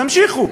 תמשיכו,